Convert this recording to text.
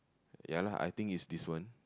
ya lah I think is this one